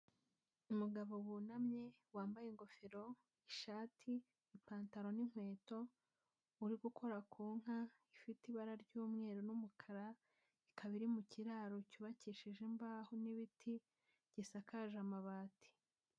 Umugabo wunamye wambaye ingofero, ishati, ipantaro n'inkweto uri gukora ku nka ifite ibara ry'umweru n'umukara, ikaba iri mu kiraro cyubakishije imbaho n'ibiti gisakaje amabati.